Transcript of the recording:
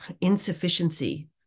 insufficiency